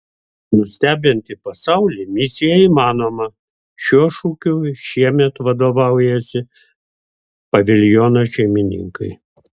nustebinti pasaulį misija įmanoma šiuo šūkiu šiemet vadovaujasi paviljono šeimininkai